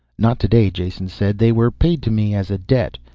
not today, jason said. they were paid to me as a debt.